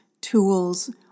tools